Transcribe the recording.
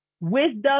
wisdom